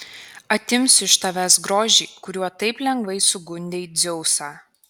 atimsiu iš tavęs grožį kuriuo taip lengvai sugundei dzeusą